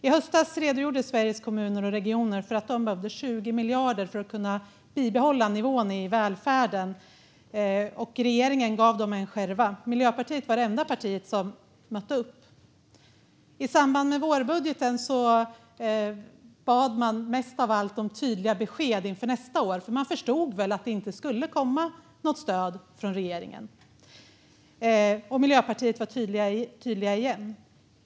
I höstas redogjorde Sveriges kommuner och regioner för att de behövde 20 miljarder för att kunna bibehålla nivån i välfärden, och regeringen gav dem en skärv. Miljöpartiet var det enda parti som mötte behoven. I samband med vårbudgeten bad man mest av allt om tydliga besked inför nästa år, för man förstod väl att det inte skulle komma något stöd från regeringen. Miljöpartiet var tydliga igen.